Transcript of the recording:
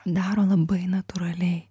daro labai natūraliai